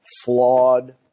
flawed